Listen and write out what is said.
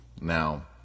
Now